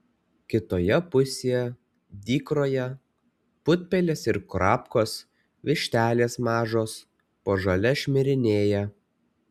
kitoje pusėje dykroje putpelės ir kurapkos vištelės mažos po žolę šmirinėja